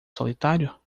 solitário